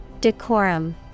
Decorum